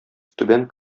түбән